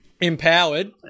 empowered